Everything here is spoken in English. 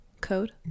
code